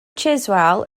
chiswell